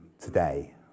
today